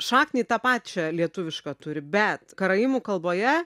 šaknį tą pačią lietuvišką turi bet karaimų kalboje